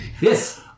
Yes